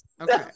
Okay